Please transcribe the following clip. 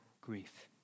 grief